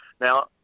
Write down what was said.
Now